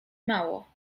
mało